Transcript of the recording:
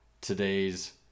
today's